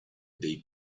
dei